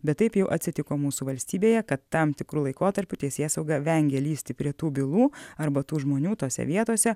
bet taip jau atsitiko mūsų valstybėje kad tam tikru laikotarpiu teisėsauga vengė lįsti prie tų bylų arba tų žmonių tose vietose